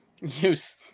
Use